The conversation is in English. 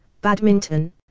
badminton